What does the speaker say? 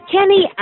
Kenny